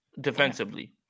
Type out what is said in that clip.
defensively